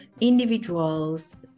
individuals